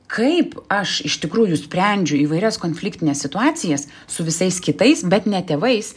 kaip aš iš tikrųjų sprendžiu įvairias konfliktines situacijas su visais kitais bet ne tėvais